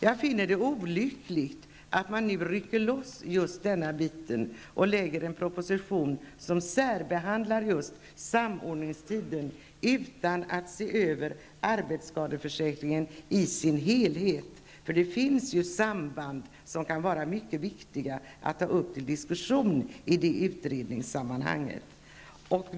Jag finner det olyckligt att man nu rycker loss just detta och lägger fram en proposition där man särbehandlar samordningstiden utan att se över arbetsskadeförsäkringen i dess helhet. Det finns samband som kan vara mycket viktiga att ta upp till diskussion i utredningssammanhang.